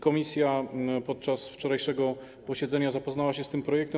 Komisja podczas wczorajszego posiedzenia zapoznała się z tym projektem.